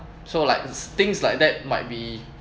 so like things like that might be